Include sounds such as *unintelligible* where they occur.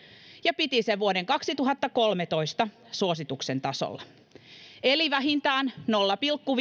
ja piti sen vuoden kaksituhattakolmetoista suosituksen tasolla eli vähintään nolla pilkku *unintelligible*